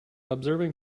observing